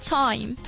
time